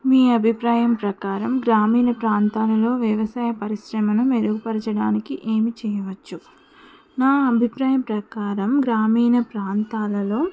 మీ అభిప్రాయం ప్రకారం గ్రామీణ ప్రాంతాలలో వ్యవసాయ పరిశ్రమను మెరుగుపరచడానికి ఏమి చేయవచ్చు నా అభిప్రాయం ప్రకారం గ్రామీణ ప్రాంతాలలో